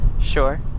Sure